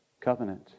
Covenant